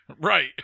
Right